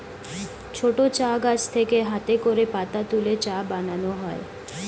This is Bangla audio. ছোট চা গাছ থেকে হাতে করে পাতা তুলে চা বানানো হয়